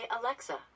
Alexa